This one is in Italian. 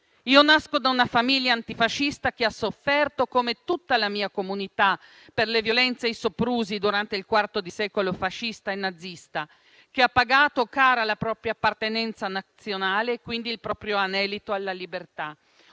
Io nasco da una famiglia antifascista che ha sofferto come tutta la mia comunità per le violenze e i soprusi durante il quarto di secolo fascista e nazista e che ha pagato cara la propria appartenenza nazionale e quindi il proprio anelito alla libertà.